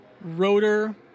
rotor